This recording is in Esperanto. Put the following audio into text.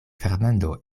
fernando